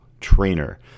trainer